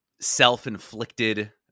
self-inflicted